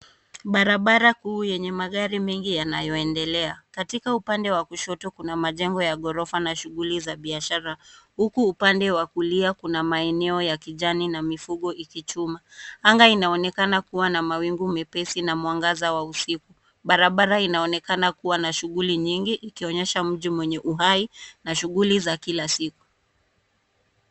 Barabara kuu yenye magari mengi yanayoendelea. Katika upande wa kushoto kuna majengo ya ghorofa na shughuli za biashara huku upande wa kulia kuna maeneo ya kijani na mifugo ikichuma. Anga inaonekana kuwa na mawingu mepesi na mwangaza wa usiku. Barabara inaonekana kuwa na shughuli nyingi ikionyesha mji wenye uhai na shughuli za kila siku.